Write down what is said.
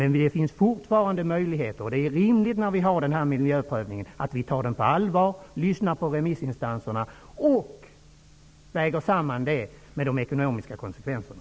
När vi har en miljöprövning är det rimligt att vi tar den på allvar, lyssnar på remissinstanserna och väger samman det med de ekonomiska konsekvenserna.